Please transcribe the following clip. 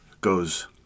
goes